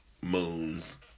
moons